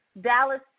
Dallas